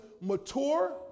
mature